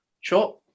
sure